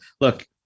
look